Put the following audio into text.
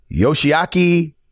Yoshiaki